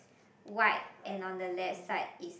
white and on the left side is